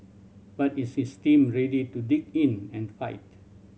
but is his team ready to dig in and fight